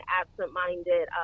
absent-minded